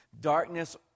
Darkness